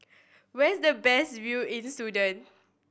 where's the best view in Sudan